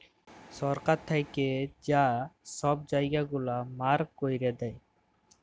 সরকার থ্যাইকে যা ছব জায়গা গুলা মার্ক ক্যইরে দেয়